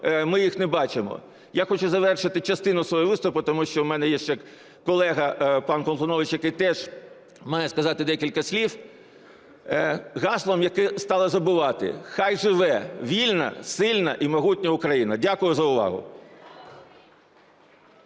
ми їх не бачимо. Я хочу завершити частину свого виступу, тому що у мене є ще колега пан Колтунович, який теж має сказати декілька слів, гаслом, яке стали забувати. Хай живе вільна, сильна і могутня Україна! Дякую за увагу.